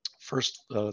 first